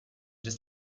just